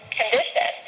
condition